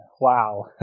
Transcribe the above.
wow